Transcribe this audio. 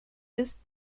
ist